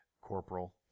corporal